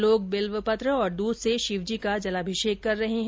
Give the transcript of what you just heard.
लोग बिल्व पत्र और दूध से शिवजी का जलाभिषेक कर रहे है